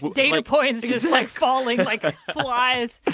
data points just, like, falling like flies.